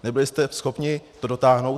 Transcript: Nebyli jste schopni to dotáhnout.